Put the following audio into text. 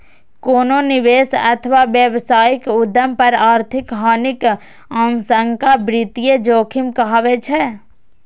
कोनो निवेश अथवा व्यावसायिक उद्यम पर आर्थिक हानिक आशंका वित्तीय जोखिम कहाबै छै